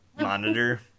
monitor